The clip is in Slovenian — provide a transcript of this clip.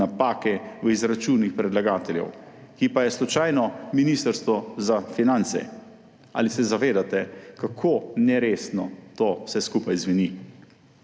napake v izračunih predlagateljev, ki pa je slučajno Ministrstvo za finance. Ali se zavedate, kako neresno to vse skupaj zveni?